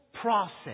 process